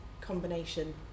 combination